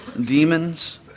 demons